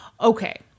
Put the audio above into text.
Okay